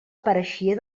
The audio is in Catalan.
pareixia